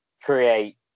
create